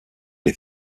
les